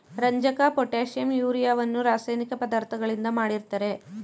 ರಂಜಕ, ಪೊಟ್ಯಾಷಿಂ, ಯೂರಿಯವನ್ನು ರಾಸಾಯನಿಕ ಪದಾರ್ಥಗಳಿಂದ ಮಾಡಿರ್ತರೆ